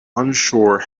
unsure